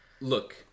Look